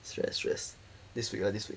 stress stress this week ah this week